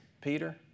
Peter